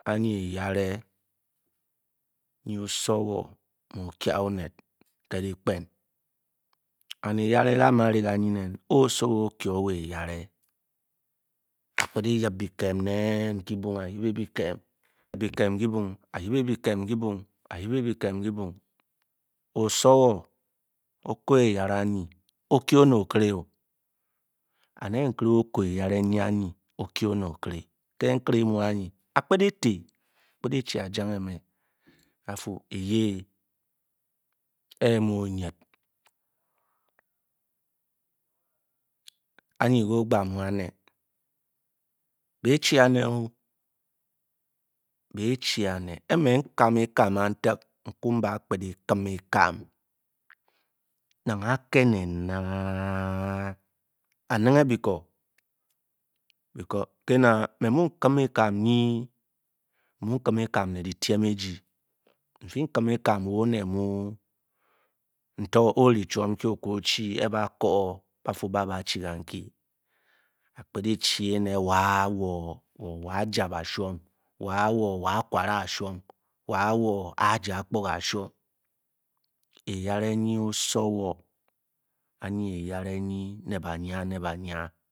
Anyi eyare nyi osowo mu okiaa onet ke’ dyikpen, and eyare ke a’mn ari ka’nyi nen e-osowo o-kyi o-wo eyare a kpet yip byiken kibong osowo o-kōō eyarè anyi o-kyé onét okiré and ke nkere o-kōō eyare nyi-anyi o-kye onet okwe a kpet etii afu ajanje-me kemu nyal anyi ke ogba mu a’ae, bii chi anē-o e me’ kam e-kam kemtak riku bá kim-e’kam nana a’kéné náá a ninge bikoō kena me mu kim e-kam nē dyitiem eji ofu kim wa’ onet mu, nto ori chwom nku o’ka o-chi e-kóó ba fu ba à ba chi kan-kyi a ku-chi wa wo a jan a shwom wa’wo-a kware a shwom, wa-wo aja akpuga a’shwom, eyare nyi osowo anyi eyare nyi ne’ banya ne ba nya